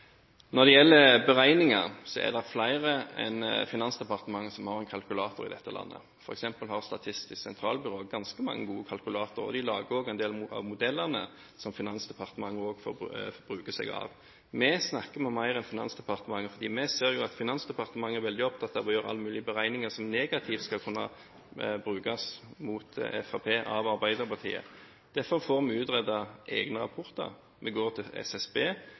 Når det gjelder beregninger, er det flere enn Finansdepartementet som har en kalkulator i dette landet, f.eks. har Statistisk sentralbyrå ganske mange som er gode til å kalkulere, og de lager også en del av modellene som Finansdepartementet også benytter seg av. Vi snakker med flere enn Finansdepartementet, fordi vi ser at Finansdepartementet er veldig opptatt av å gjøre alle mulige beregninger som negativt skal kunne brukes mot Fremskrittspartiet av Arbeiderpartiet. Derfor får vi utredet egne rapporter. Vi går til SSB